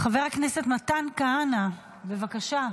חבר הכנסת מתן כהנא, בבקשה,